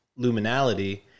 luminality